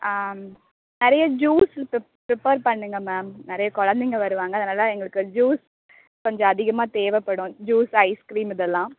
நிறைய juice prepare பண்ணுங்கள் ma'am நிறைய கொழந்தைங்க வருவாங்க அதனால் எங்களுக்கு ஜூஸ் கொஞ்சம் அதிகமாக தேவைப்படும் ஜூஸ் ஐஸ்க்ரீம் இதெல்லாம்